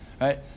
right